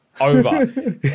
over